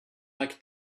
like